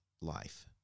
life